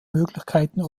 möglichkeiten